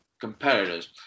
competitors